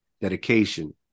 dedication